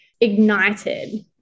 ignited